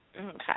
okay